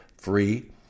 free